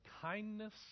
kindness